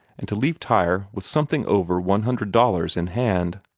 and to leave tyre with something over one hundred dollars in hand.